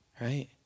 Right